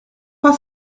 pas